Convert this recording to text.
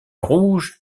rouge